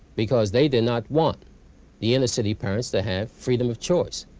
because they did not want the intercity parents to have freedom of choice.